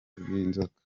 bw’inzoka